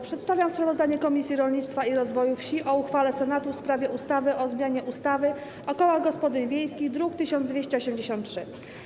Przedstawiam sprawozdanie Komisji Rolnictwa i Rozwoju Wsi o uchwale Senatu w sprawie ustawy o zmianie ustawy o kołach gospodyń wiejskich, druk nr 1283.